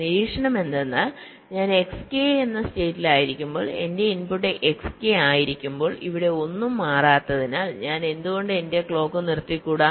നിരീക്ഷണം എന്തെന്നാൽ ഞാൻ Xk എന്ന സ്റ്റേറ്റിലായിരിക്കുമ്പോൾ എന്റെ ഇൻപുട്ട് Xk ആയിരിക്കുമ്പോൾ ഇവിടെ ഒന്നും മാറാത്തതിനാൽ ഞാൻ എന്തുകൊണ്ട് എന്റെ ക്ലോക്ക് നിർത്തിക്കൂടാ